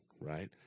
right